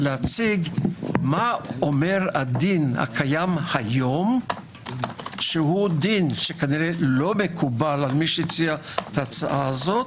להציג מה אומר הדין הקיים היום שהוא כנראה לא מקובל על מציע ההצעה הזו,